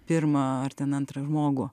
pirma ar ten antrą žmogų